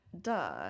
Duh